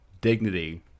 dignity